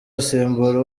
asimbura